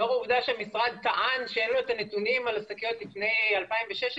לאור העובדה שהמשרד טען שאין לו את הנתונים על השקיות לפני 2016,